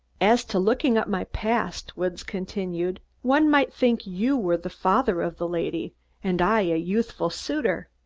as to looking up my past, woods continued, one might think you were the father of the lady and i a youthful suitor.